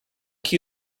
key